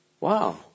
Wow